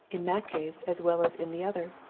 in that case as well as in the other?